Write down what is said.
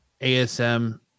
ASM